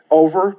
over